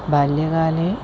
बाल्यकाले